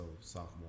sophomore